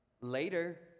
Later